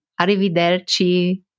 Arrivederci